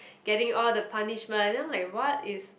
getting all the punishment then I'm like what is